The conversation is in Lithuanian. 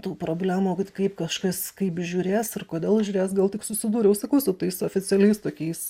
tų problemų kaip kažkas kaip žiūrės ir kodėl žiūrės gal tik susidūriau su su tais oficialiais tokiais